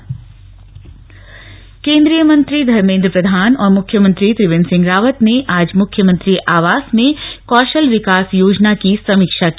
slug कौशल विकास केंद्रीय मंत्री धर्मेद्र प्रधान और मुख्यमंत्री त्रिवेन्द्र सिंह रावत ने आज मुख्यमंत्री आवास में कौशल विकास योजना की समीक्षा की